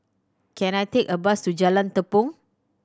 can I take a bus to Jalan Tepong